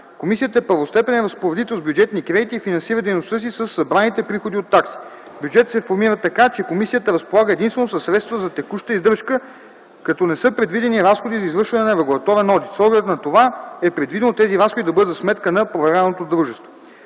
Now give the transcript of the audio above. Комисията е първостепенен разпоредител с бюджетни кредити и финансира дейността си със събраните приходи от такси. Бюджетът се формира така, че комисията разполага единствено със средства за текуща издръжка, като не са предвидени разходи за извършване на регулаторен одит. С оглед на това е предвидено тези разходи да бъдат за сметка на проверяваното дружество.